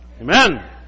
Amen